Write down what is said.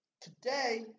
Today